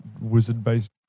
wizard-based